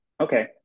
okay